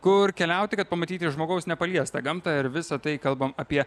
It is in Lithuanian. kur keliauti kad pamatyti žmogaus nepaliestą gamtą ir visa tai kalbam apie